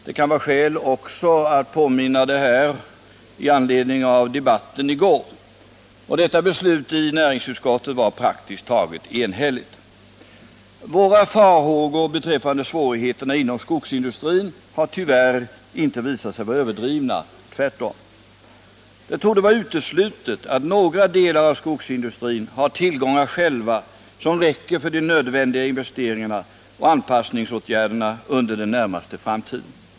Det kan vara skäl att påminna om det med anledning av gårdagens debatt, och detta beslut i näringsutskottet var praktiskt taget enhälligt. Våra farhågor beträffande svårigheterna inom skogsindustrin har tyvärr inte visat sig överdrivna — tvärtom. Det torde vara uteslutet att skogsindustrins egna tillgångar skulle räcka för de nödvändiga investeringarna och anpassningsåtgärderna under den närmaste framtiden.